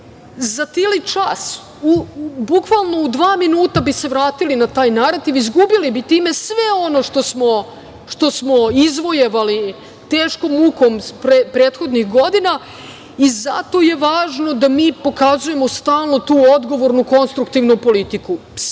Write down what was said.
za tili čas, bukvalno u dva minuta bi se vratili na taj narativ, izgubili bi time sve ono što smo izvojevali teškom mukom prethodnih godina i zato je važno da mi pokazujemo stalno tu odgovornu konstruktivnu politiku. Sve